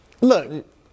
Look